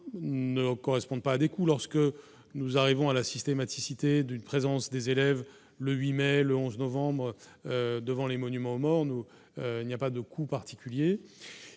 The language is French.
ne correspondent pas à des coûts lorsque nous arrivons à la systématicité d'une présence des élèves le 8 mai le 11 novembre devant les monuments aux morts, nous il n'y a pas de coup particulier,